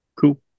Cool